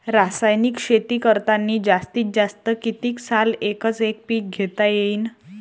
रासायनिक शेती करतांनी जास्तीत जास्त कितीक साल एकच एक पीक घेता येईन?